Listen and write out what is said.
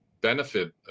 benefit